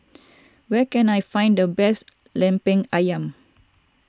where can I find the best Lemper Ayam